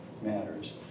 matters